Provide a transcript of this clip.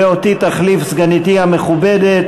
ואותי תחליף סגניתי המכובדת,